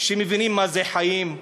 שמבינים מה זה חיים?